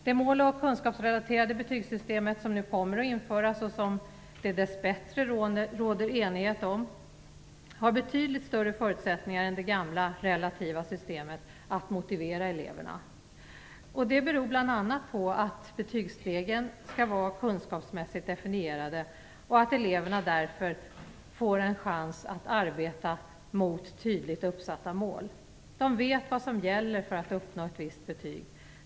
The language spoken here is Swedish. Det mål och kunskapsrelaterade betygssystem som nu kommer att införas, och som det dess bättre råder enighet om, har betydligt större förutsättningar än det gamla relativa systemet att motivera eleverna. Det beror bl.a. på att betygsstegen skall vara kunskapsmässigt definierade. Då får eleverna en chans att arbeta mot tydligt uppsatta mål. De vet vad som gäller för att uppnå ett visst betyg.